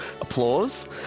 applause